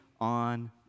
on